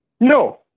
no